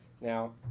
Now